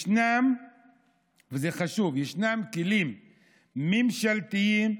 ישנם כלים ממשלתיים,